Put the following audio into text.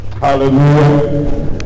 Hallelujah